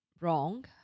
wrong